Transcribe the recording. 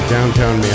downtown